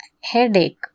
headache